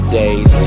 days